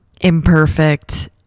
imperfect